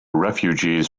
refugees